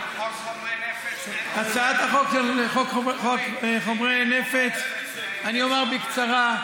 הצעת חוק חומרי נפץ, אני אומר בקצרה: